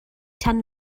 tan